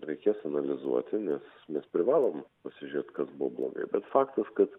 reikės analizuoti nes mes privalom pasižiūrėt kas buvo blo bet faktas kad